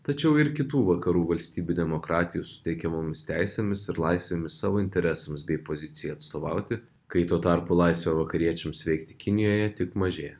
tačiau ir kitų vakarų valstybių demokratijų suteikiamomis teisėmis ir laisvėmis savo interesams bei pozicijai atstovauti kai tuo tarpu laisvė vakariečiams veikti kinijoje tik mažėja